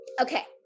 Okay